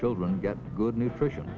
children get good nutrition